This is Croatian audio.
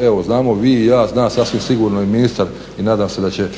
evo znamo vi i ja zna sasvim sigurno i ministar i nadam se da će